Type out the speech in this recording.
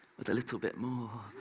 but a little bit more.